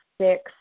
six